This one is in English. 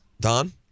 Don